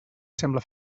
sembla